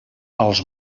als